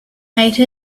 ate